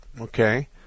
Okay